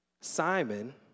Simon